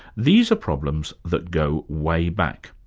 these are problems that go way back.